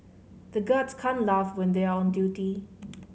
the guards can't laugh when they are on duty